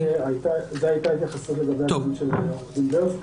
זו הייתה ההתייחסות לגבי הדברים של עורכת דין ברס.